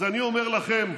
אז אני אומר לכם,